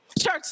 Church